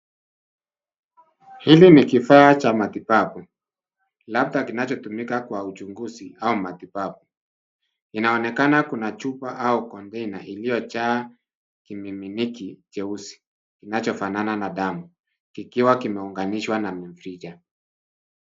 Hili ni kifaa cha matibabu, labda kinachotumika kwa uchunguzi au matibabu. Inaonekana kuna chupa au konteina iliyojaa kimiminiki cheusi kinachofanana na damu, kikiwa kimeunganishwa na mrija.